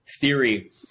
theory